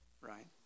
right